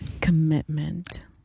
Commitment